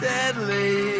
Deadly